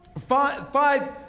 five